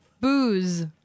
booze